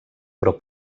però